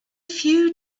few